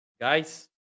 guys